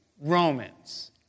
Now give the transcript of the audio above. Romans